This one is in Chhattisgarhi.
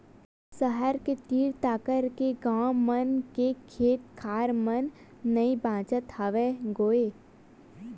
सहर के तीर तखार के गाँव मन के खेत खार मन नइ बाचत हवय गोय